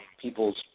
people's